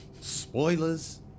Spoilers